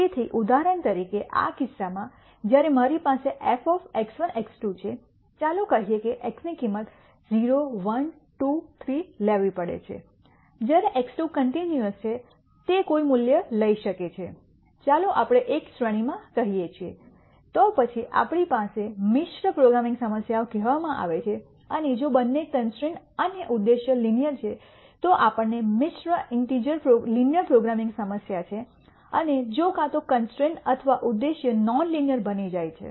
તેથી ઉદાહરણ તરીકે આ કિસ્સામાં જ્યારે મારી પાસે f x1 x2 છે ચાલો કહીએ કે X ની કિંમત 0 1 2 3 લેવી પડે છે જ્યારે x2 કન્ટિન્યૂઅસ છે તે કોઈ મૂલ્ય લઈ શકે છે ચાલો આપણે એક શ્રેણીમાં કહીએ તો પછી આપણી પાસે મિશ્ર પ્રોગ્રામિંગ સમસ્યાઓ કહેવામાં આવે છે અને જો બંને કન્સ્ટ્રૈન્ટ અને ઉદ્દેશ્ય લિનિયર છે તો આપણને મિશ્ર ઇન્ટિજર લિનિયર પ્રોગ્રામિંગ સમસ્યા છે અને જો કાં તો કન્સ્ટ્રૈન્ટ અથવા ઉદ્દેશ્ય નોન લિનિયર બની જાય છે